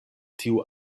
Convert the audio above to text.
tiu